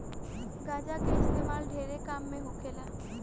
गांजा के इस्तेमाल ढेरे काम मे होखेला